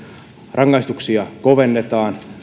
rangaistuksia kovennetaan